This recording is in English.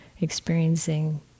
experiencing